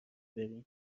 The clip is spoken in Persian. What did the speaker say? بریم